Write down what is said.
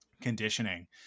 conditioning